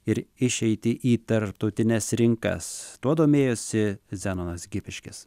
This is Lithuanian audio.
ir išeiti į tarptautines rinkas tuo domėjosi zenonas gipiškis